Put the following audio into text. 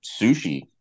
sushi